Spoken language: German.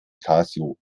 casio